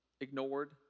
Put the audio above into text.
Ignored